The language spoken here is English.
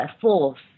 force